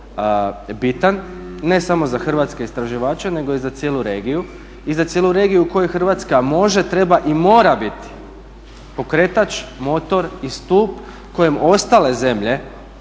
bitan i ne samo za hrvatske istraživače nego i za cijelu regiju i za cijelu regiju u kojoj Hrvatska može, treba i mora biti pokretač, motor i stup kojem ostale zemlje